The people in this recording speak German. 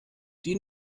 die